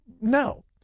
no